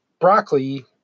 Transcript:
broccoli